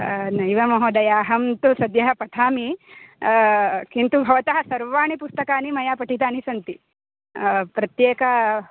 नैव महोदय अहं तु सद्यः पठामि किन्तु भवतः सर्वाणि पुस्तकानि मया पठितानि सन्ति प्रत्येका